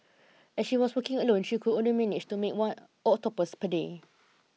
as she was working alone she could only manage to make about one octopus per day